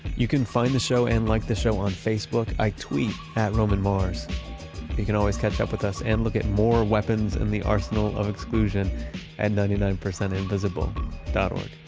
you can find the show and like the show on facebook. i tweet at romanmars. you can always catch up with us and look at more weapons in the arsenal of exclusion at ninety nine percent invisible was